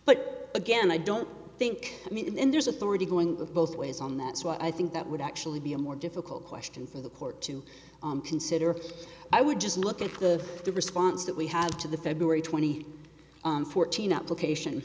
but again i don't think i mean there's authority going both ways on that so i think that would actually be a more difficult question for the court to consider i would just look at the the response that we had to the february twenty fourth enough location